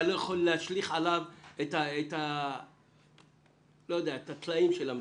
אתה לא יכול להשליך עליו את הטלאים של המדינה,